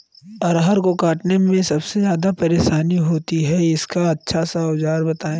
अरहर को काटने में सबसे ज्यादा परेशानी होती है इसका अच्छा सा औजार बताएं?